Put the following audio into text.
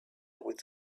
with